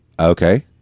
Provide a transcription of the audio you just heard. Okay